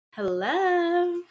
Hello